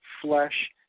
flesh